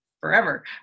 forever